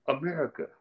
America